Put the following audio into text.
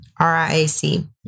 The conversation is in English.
RIAC